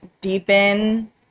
deepen